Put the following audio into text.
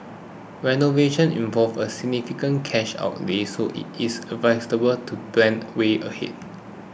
renovation involves a significant cash outlay so it is advisable to plan way ahead